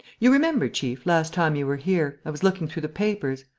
you remember, chief, last time you were here, i was looking through the papers.